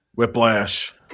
Whiplash